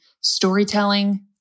storytelling